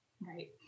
Right